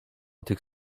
tych